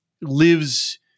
lives